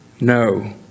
No